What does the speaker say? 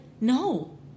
no